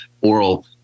oral